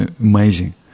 amazing